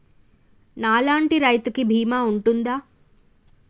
నా లాంటి రైతు కి బీమా ఉంటుందా?